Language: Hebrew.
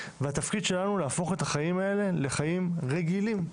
והתפקיד שלנו להפוך את החיים האלה לחיים רגילים,